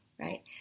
right